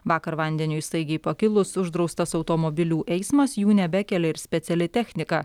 vakar vandeniui staigiai pakilus uždraustas automobilių eismas jų nebekelia ir speciali technika